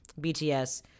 BTS